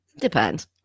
depends